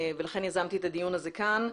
ולכן יזמתי את הדיון הזה כאן.